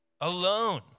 Alone